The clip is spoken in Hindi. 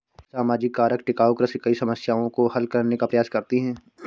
सामाजिक कारक टिकाऊ कृषि कई समस्याओं को हल करने का प्रयास करती है